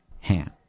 ham